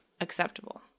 acceptable